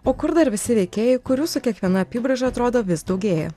o kur dar visi veikėjai kurių su kiekviena apibraiža atrodo vis daugėja